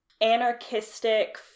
anarchistic